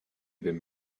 them